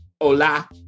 Hola